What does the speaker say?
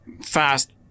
fast